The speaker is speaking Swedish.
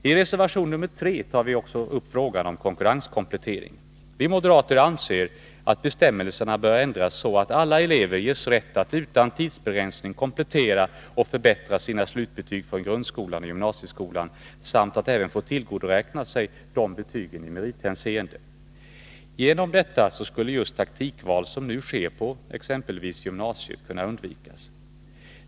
I reservation 3 tar vi också upp frågan om konkurrenskomplettering. Vi moderater anser att bestämmelserna bör ändras så att alla elever ges rätt att utan tidsbegränsning komplettera och förbättra sina slutbetyg från grundskolan och gymnasieskolan samt att även få tillgodoräkna sig dessa betyg i merithänseende. Genom detta skulle just taktikval, som nu sker på exempelvis gymnasiet, kunna undvikas.